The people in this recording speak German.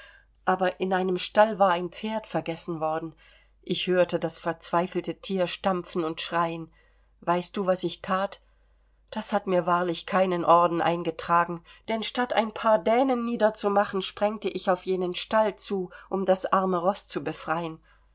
aber in einem stall war ein pferd vergessen worden ich hörte das verzweifelte tier stampfen und schreien weißt du was ich that das hat mir wahrlich keinen orden eingetragen denn statt ein paar dänen niederzumachen sprengte ich auf jenen stall zu um das arme roß zu befreien